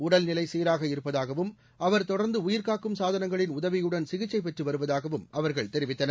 உடல்நிலை சீராக இருப்பதாகவும் அவர் தொடர்ந்து உயிர்காக்கும் சாதனங்களின் உதவியுடன் சிகிச்சை பெற்று வருவதாகவும் அவர்கள் தெரிவித்தனர்